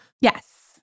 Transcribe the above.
Yes